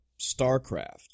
StarCraft